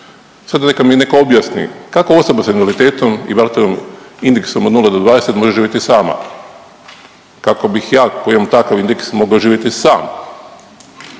Sad neka mi neko objasni kako osoba sa invaliditetom i barthelovim indeksom od 0 do 20 može živjeti sama? Kako bih ja koji imam takav indeks mogao živjeti sam?